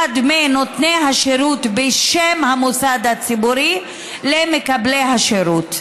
מנותני השירות בשם המוסד הציבורי למקבלי השירות.